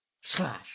slash